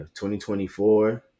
2024